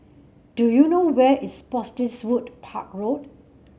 do you know where is Spottiswoode Park Road